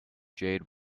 jade